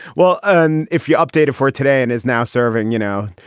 well, and if you're updated for today and is now serving, you know,